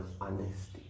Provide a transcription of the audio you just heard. honesty